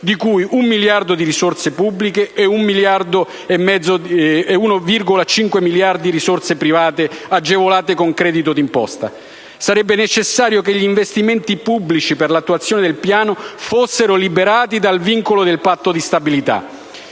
di cui 1 miliardo di risorse pubbliche e 1,5 miliardi di risorse private agevolate con credito di imposta. Sarebbe necessario che gli investimenti pubblici per l'attuazione del piano fossero liberati dal vincolo del Patto di stabilità,